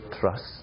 trust